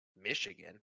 Michigan